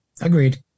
Agreed